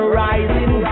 rising